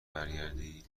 برگردی